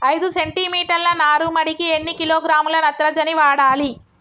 ఐదు సెంటిమీటర్ల నారుమడికి ఎన్ని కిలోగ్రాముల నత్రజని వాడాలి?